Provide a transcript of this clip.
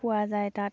পোৱা যায় তাত